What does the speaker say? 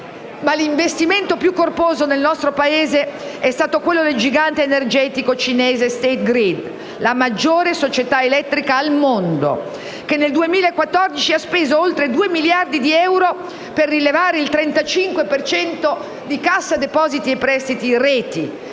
L'investimento più corposo nel nostro Paese è stato quello del gigante energetico cinese State Grid, la maggiore società elettrica al mondo, che nel 2014 ha speso oltre 2 miliardi di euro per rilevare il 35 per cento di Cassa depositi e prestiti Reti,